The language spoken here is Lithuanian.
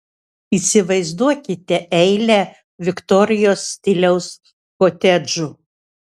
įsivaizduokite eilę viktorijos stiliaus kotedžų